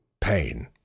pain